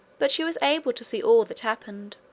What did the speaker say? but she was able to see all that happened.